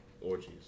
Orgies